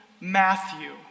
Matthew